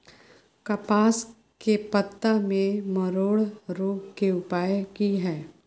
कपास के पत्ता में मरोड़ रोग के उपाय की हय?